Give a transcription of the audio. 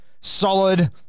solid